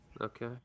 Okay